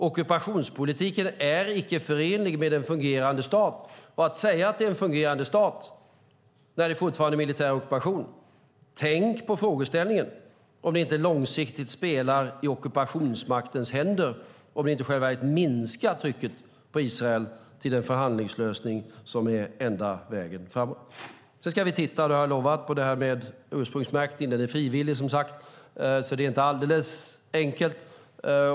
Ockupationspolitiken är icke förenlig med en fungerande stat. Man kan inte säga att det är en fungerande stat när det fortfarande är militär ockupation. Tänk på frågeställningen om det inte långsiktigt spelar i ockupationsmaktens händer, om det i själva verket minskar trycket på Israel till en förhandlingslösning som är enda vägen framåt! Sedan ska vi titta på, det har jag lovat, detta med ursprungsmärkning. Den är som sagt frivillig, så det är inte alldeles enkelt.